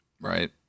Right